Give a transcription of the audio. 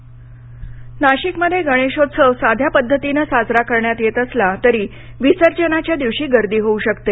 गणेशोत्सव नाशिकमध्ये गणेशोत्सव साध्या पध्दतीने साजरा करण्यात येत असला तरी विसर्जनाच्या दिवशी गर्दी होऊ शकते